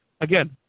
again